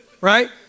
right